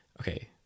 okay